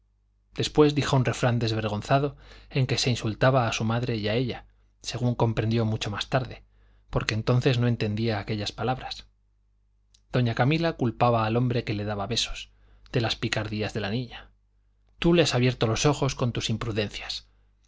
después dijo un refrán desvergonzado en que se insultaba a su madre y a ella según comprendió mucho más tarde porque entonces no entendía aquellas palabras doña camila culpaba al hombre que le daba besos de las picardías de la niña tú le has abierto los ojos con tus imprudencias